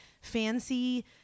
fancy